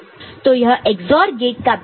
तो यह XOR gate का बैंक है